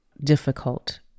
difficult